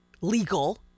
legal